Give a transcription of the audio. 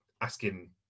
asking